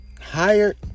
hired